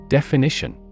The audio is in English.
Definition